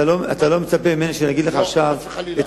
אתה לא מצפה ממני שאני אגיד לך עכשיו את